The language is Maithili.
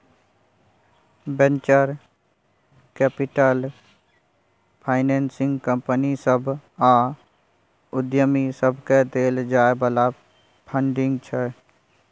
बेंचर कैपिटल फाइनेसिंग कंपनी सभ आ उद्यमी सबकेँ देल जाइ बला फंडिंग छै